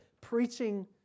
preaching